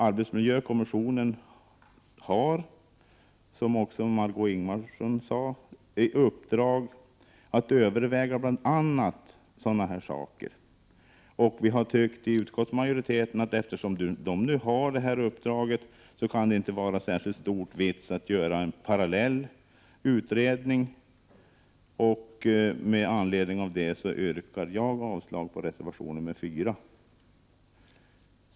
Arbetsmiljökommissionen har, som Margé Ingvardsson också sade, i uppdrag att överväga bl.a. sådana saker. Vi i utskottsmajoriteten har tyckt att eftersom arbetsmiljökommissionen nu har detta uppdrag kan det inte vara särskilt stor idé att göra en parallell utredning. Med anledning av detta yrkar jag avslag på reservation nr 4.